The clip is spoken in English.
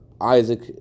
Isaac